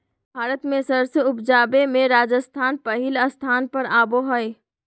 भारत मे सरसों उपजावे मे राजस्थान पहिल स्थान पर आवो हय